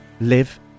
live